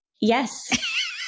Yes